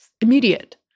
immediate